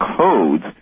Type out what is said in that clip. codes